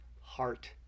heart